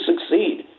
succeed